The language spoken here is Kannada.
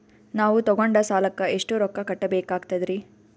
ನಾವು ತೊಗೊಂಡ ಸಾಲಕ್ಕ ಎಷ್ಟು ರೊಕ್ಕ ಕಟ್ಟಬೇಕಾಗ್ತದ್ರೀ?